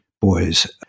boys